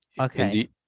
Okay